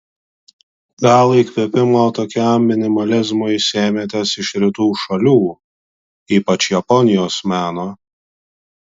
gal įkvėpimo tokiam minimalizmui sėmėtės iš rytų šalių ypač japonijos meno